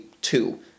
two